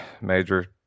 major